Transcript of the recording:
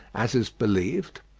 as is believed,